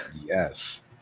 Yes